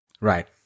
Right